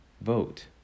vote